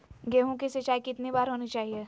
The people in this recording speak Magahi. गेहु की सिंचाई कितनी बार होनी चाहिए?